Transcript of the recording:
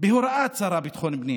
בהוראת השר לביטחון פנים